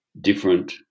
different